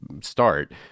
start